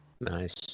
Nice